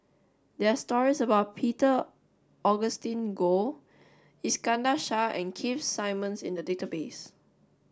there are stories about Peter Augustine Goh Iskandar Shah and Keith Simmons in the database